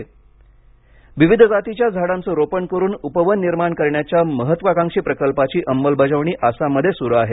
आसाम विविध जातीच्या झाडांचं रोपण करून उपवन निर्माण करण्याच्या महत्त्वाकांक्षी प्रकल्पाची अंमलबजावणी आसाममध्ये सुरू आहे